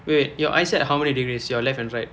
wait your eyesight how many degrees your left and right